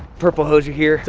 purple hoser here.